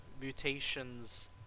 mutations